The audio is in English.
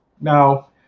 Now